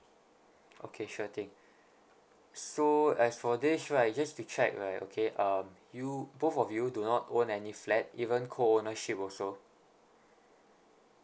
okay sure thing so as for this right just to check right okay um you both of you do not own any flat even coownership also